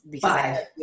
five